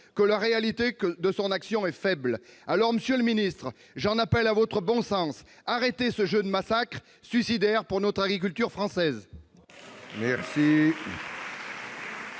que la réalité de son action est faible. Alors, monsieur le ministre, j'en appelle à votre bon sens : arrêtez ce jeu de massacre suicidaire pour notre agriculture française !